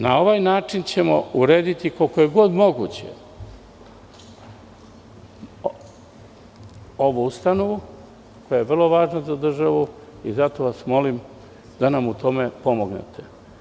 Na ovaj način ćemo urediti, koliko god je to moguće ovu ustanovu koja je vrlo važna za državu i zato vas molim da nam u tome pomognete.